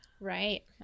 Right